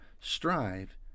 strive